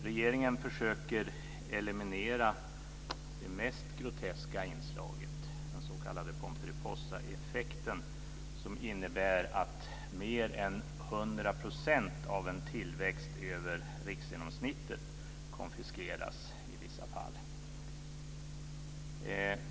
Regeringen försöker eliminera det mest groteska inslaget, den s.k. pomperipossaeffekten, som innebär att mer än 100 % av en tillväxt över riksgenomsnittet konfiskeras i vissa fall.